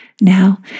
Now